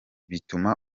bituma